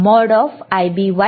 Ib1 Ib2